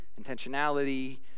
intentionality